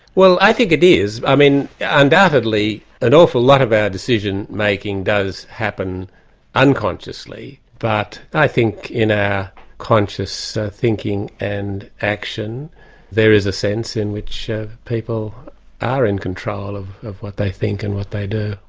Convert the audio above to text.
well, i think it is. i mean, undoubtedly an awful lot of our decision-making does happen unconsciously, but i think in our ah conscious thinking and action there is a sense in which people are in control of of what they think and what they do.